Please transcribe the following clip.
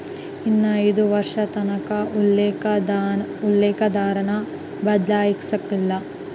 ಇನ್ನ ಐದು ವರ್ಷದತಕನ ಉಲ್ಲೇಕ ದರಾನ ಬದ್ಲಾಯ್ಸಕಲ್ಲ